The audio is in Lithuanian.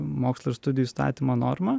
mokslo ir studijų įstatymo norma